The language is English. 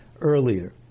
earlier